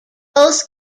both